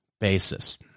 basis